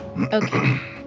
Okay